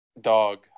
Dog